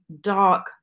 dark